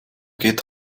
geht